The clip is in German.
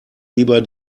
lieber